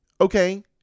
okay